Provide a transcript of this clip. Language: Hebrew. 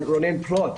רונן פלוט.